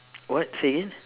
what say again